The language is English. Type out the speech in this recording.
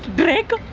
drake.